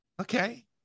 okay